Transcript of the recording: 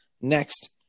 Next